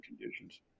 conditions